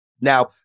Now